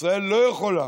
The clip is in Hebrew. ישראל לא יכולה